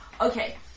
Okay